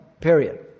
Period